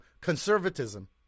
conservatism